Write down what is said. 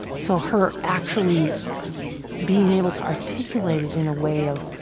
so her actually being able to articulate it in a way of.